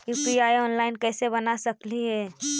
UPI online कैसे बना सकली हे?